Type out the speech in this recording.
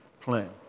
plan